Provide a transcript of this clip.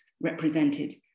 represented